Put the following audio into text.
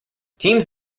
teams